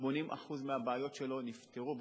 80% מהבעיות שלו נפתרו,